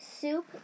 Soup